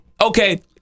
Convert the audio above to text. Okay